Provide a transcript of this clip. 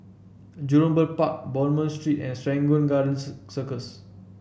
Jurong Bird Park Bonham Street and Serangoon Gardens Circus